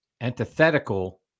antithetical